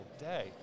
day